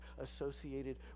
associated